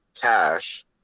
cash